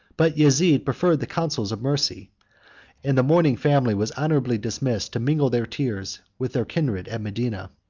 but yezid preferred the councils of mercy and the mourning family was honorably dismissed to mingle their tears with their kindred at medina.